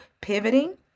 pivoting